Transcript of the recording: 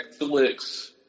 Netflix